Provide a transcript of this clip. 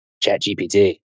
ChatGPT